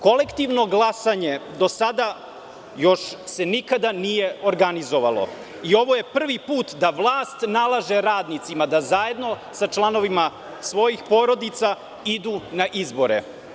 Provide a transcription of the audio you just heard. Kolektivno glasanje do sada još se nikada nije organizovalo i ovo je prvi put da vlast nalaže radnicima da zajedno sa članovima svojih porodica idu na izbore.